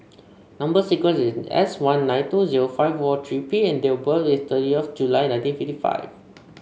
number sequence is S one nine two zero five four three P and date of birth is thirtieth of July nineteen fifty five